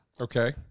okay